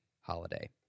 holiday